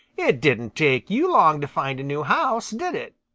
it didn't take you long to find a new house, did it?